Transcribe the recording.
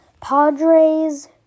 Padres